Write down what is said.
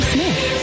Smith